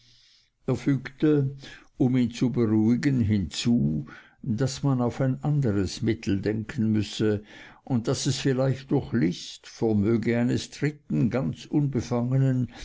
er fügte um ihn zu beruhigen hinzu daß man auf ein anderes mittel denken müsse und daß es vielleicht durch list vermöge eines dritten ganz unbefangenen